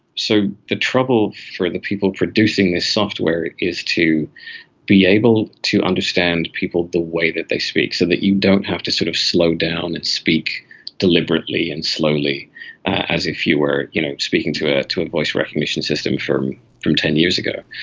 so the trouble for the people producing this software is to be able to understand people the way that they speak, so that you don't have to sort of slow down and speak deliberately and slowly as if you were you know speaking to ah to a voice recognition system from ten years ago.